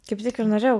kaip tik ir norėjau